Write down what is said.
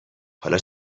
حالا